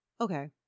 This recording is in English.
okay